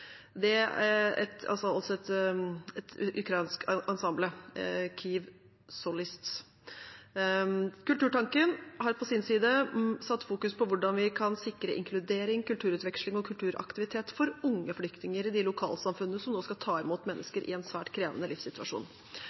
Kulturtanken har på sin side fokusert på hvordan vi kan sikre inkludering, kulturutveksling og kulturaktivitet for unge flyktninger i de lokalsamfunnene som nå skal ta imot mennesker i en svært krevende livssituasjon.